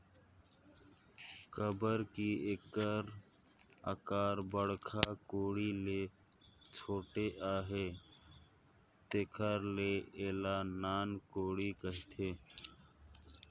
काबर कि एकर अकार बड़खा कोड़ी ले छोटे अहे तेकर ले एला नान कोड़ी कहथे